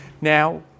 Now